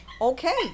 Okay